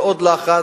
זה עוד לחץ,